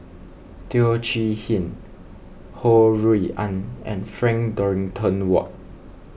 Teo Chee Hean Ho Rui An and Frank Dorrington Ward